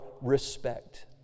respect